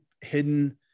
hidden